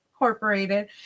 Incorporated